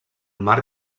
mar